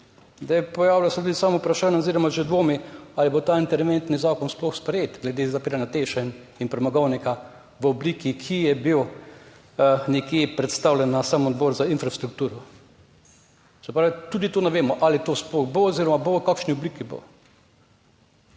Zdaj, pojavlja se tudi samo vprašanje oziroma že dvomi, ali bo ta interventni zakon sploh sprejet glede zapiranja TEŠ in premogovnika v obliki, ki je bil nekje predstavljen na sam Odbor za infrastrukturo. Se pravi, tudi to ne vemo ali to sploh bo oziroma bo, v kakšni obliki bo.